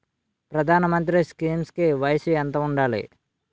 ప్రధాన మంత్రి స్కీమ్స్ కి వయసు ఎంత ఉండాలి?